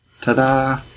Ta-da